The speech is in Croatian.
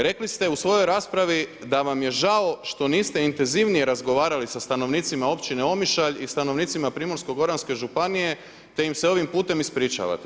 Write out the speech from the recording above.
Rekli ste u svojoj raspravi da vam je žao što niste intenzivnije razgovarali sa stanovnicima općine Omišalj i stanovnicima Primorsko goranske županije, te im se ovim putem ispričavate.